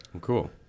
cool